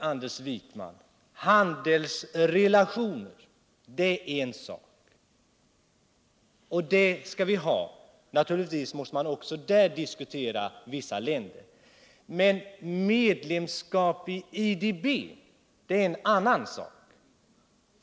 Anders Wijkman, handelsrelationer det är en sak, och det skall vi ha. Naturligtvis måste man också där diskutera vissa länder. Men medlemskap i IDB är en annan sak.